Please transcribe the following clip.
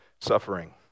suffering